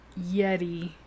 Yeti